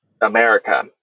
America